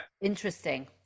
Interesting